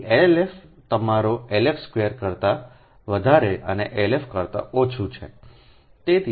તેથી એલએલએફ તમારા LF2કરતા વધારેઅને LF કરતા ઓછું છે